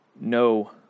No